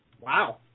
wow